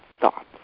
thoughts